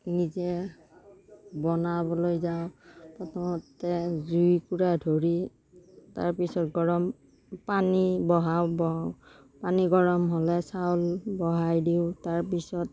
নিজে বনাবলৈ যাওঁ প্ৰথমতে জুইকুৰা ধৰি তাৰপিছত গৰম পানী বঢ়াওঁ ব পানী গৰম হ'লে চাউল বঢ়াই দিওঁ তাৰপিছত